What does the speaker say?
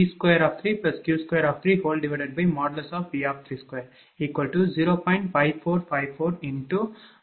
01120